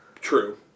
true